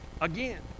again